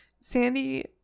Sandy